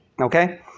Okay